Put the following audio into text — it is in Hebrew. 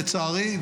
לצערי,